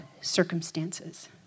circumstances